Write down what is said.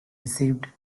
received